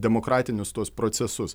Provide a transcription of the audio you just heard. demokratinius tuos procesus